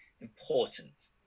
important